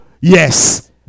Yes